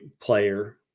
player